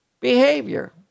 behavior